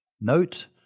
Note